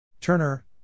Turner